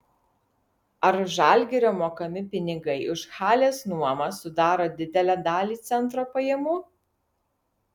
ar žalgirio mokami pinigai už halės nuomą sudaro didelę dalį centro pajamų